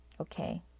Okay